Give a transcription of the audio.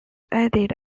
added